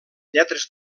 lletres